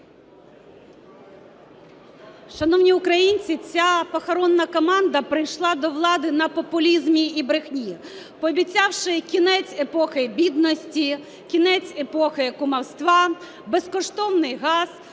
Шановні українці, ця "похоронна" команда прийшла до влади на популізмі і брехні, пообіцявши кінець епохи бідності, кінець епохи кумівства, безкоштовний газ.